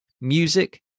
music